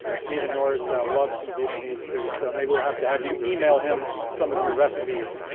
steven norris loves some vietnamese food, so maybe we'll have to have you email him, some of your recipes,